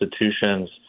institutions